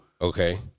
Okay